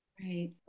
Right